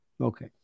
Okay